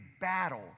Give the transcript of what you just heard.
battle